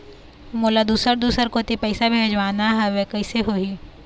मोला दुसर दूसर कोती पैसा भेजवाना हवे, कइसे होही?